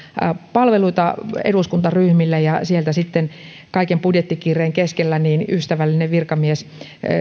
palveluita eduskuntaryhmille ja sieltä sitten kaiken budjettikiireen keskellä ystävällinen virkamies